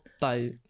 boat